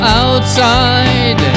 outside